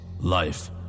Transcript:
life